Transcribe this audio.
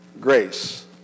Grace